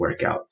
workouts